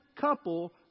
couple